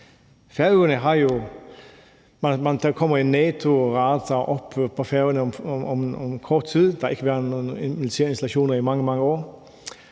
Der kommer en NATO-radar op på Færøerne om kort tid. Der har ikke været nogen militære installationer i mange,